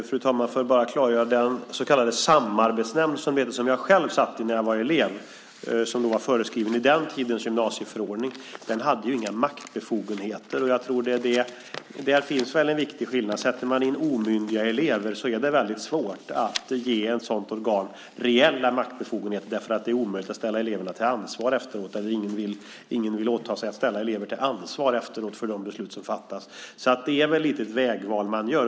Fru talman! Får jag bara klargöra en sak. Den så kallade samarbetsnämnd som jag själv satt i när jag var elev, som var föreskriven i den tidens gymnasieförordning, hade inga maktbefogenheter. Och där finns väl en viktig skillnad. Sätter man in omyndiga elever är det väldigt svårt att ge ett sådant organ reella maktbefogenheter. Ingen vill åta sig att ställa elever till ansvar efteråt för de beslut som fattas. Det är väl ett litet vägval man gör.